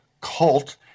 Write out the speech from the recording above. cult